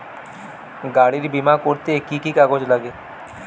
গাড়ীর বিমা করতে কি কি কাগজ লাগে?